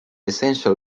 essential